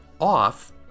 off